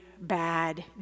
Bad